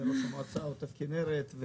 ראש המועצה עוטף כינרת,